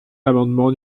l’amendement